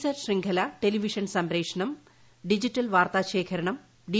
സാറ്റ് ശൃംഖല ടെലിവിഷൻ സംപ്രേഷണം ഡിജിറ്റൽ വാർത്താ ശേഖരണം ഡി